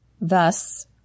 Thus